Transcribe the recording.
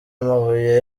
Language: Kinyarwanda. mabuye